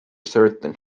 certain